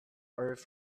earth